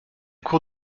cours